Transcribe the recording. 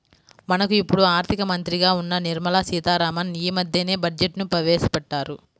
మనకు ఇప్పుడు ఆర్థిక మంత్రిగా ఉన్న నిర్మలా సీతారామన్ యీ మద్దెనే బడ్జెట్ను ప్రవేశపెట్టారు